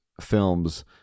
films